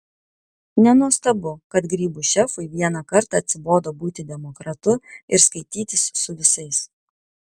nenuostabu kad grybų šefui vieną kartą atsibodo būti demokratu ir skaitytis su visais